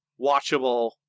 watchable